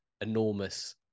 enormous